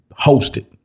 hosted